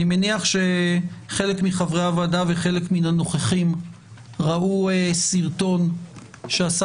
אני מניח שחלק מחברי הוועדה וחלק מן הנוכחים ראו סרטון שעשה